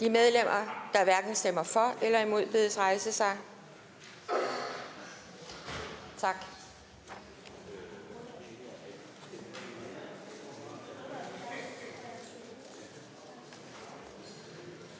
De medlemmer, der hverken stemmer for eller imod, bedes rejse sig. For